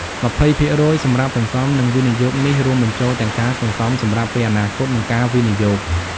២០% សម្រាប់សន្សំ និងវិនិយោគនេះរួមបញ្ចូលទាំងការសន្សំសម្រាប់ពេលអនាគត និងការវិនិយោគ។